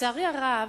לצערי הרב,